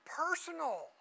personal